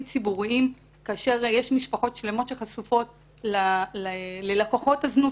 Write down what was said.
ציבוריים כאשר יש משפחות שלמות שחשופות ללקוחות הזנות